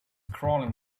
crawling